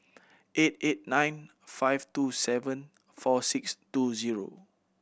eight eight nine five two seven four six two zero